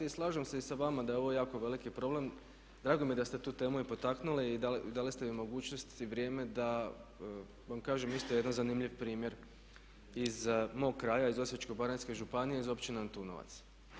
Slažem se sa vama da je ovo jako veliki problem, drago mi je da ste tu temu i potaknuli i dali ste mi mogućnost i vrijeme da vam kažem isto jedan zanimljiv primjer iz mog kraja, iz Osječko-baranjske županije iz Općine Antunovac.